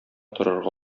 торырга